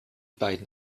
beiden